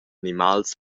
animals